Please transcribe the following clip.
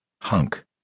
Hunk